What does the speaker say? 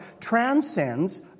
Transcends